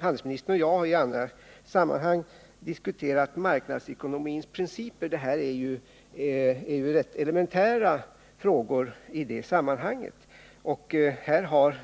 Handelsministern och jag har i andra sammanhang diskuterat marknadsekonomins principer. Och det här är rätt elementära frågor i det sammanhanget. Här har